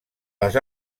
les